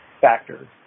factors